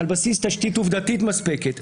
על בסיס תשתית עובדתית מספקת,